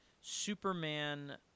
Superman